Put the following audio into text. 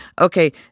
okay